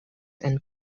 and